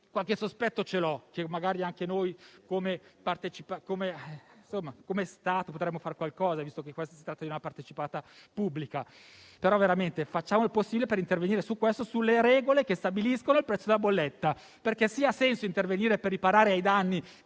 qualche sospetto ce l'ho. Magari anche noi, come Stato, potremmo fare qualcosa, visto che l'ENI è una partecipata pubblica. Davvero, però, facciamo il possibile per intervenire sulle regole che stabiliscono il prezzo della bolletta. Se ha senso intervenire per riparare i danni